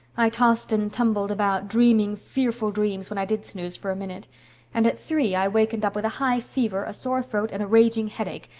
i tossed and tumbled about, dreaming fearful dreams when i did snooze for a minute and at three i wakened up with a high fever, a sore throat, and a raging headache.